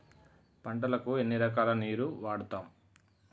పంటలకు ఎన్ని రకాల నీరు వాడుతం?